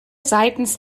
seitens